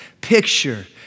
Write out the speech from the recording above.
picture